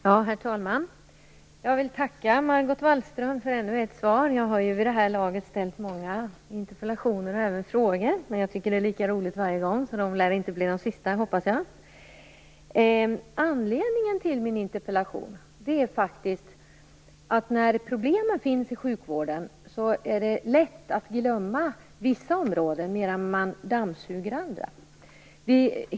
Herr talman! Jag vill tacka Margot Wallström för ännu ett svar. Jag har vid det här laget ställt många interpellationer och även frågor. Jag tycker dock att det är lika roligt varje gång, så den här lär inte bli den sista, hoppas jag. Anledningen till min interpellation är att när det finns problem i sjukvården är det lätt att glömma vissa områden medan man dammsuger andra.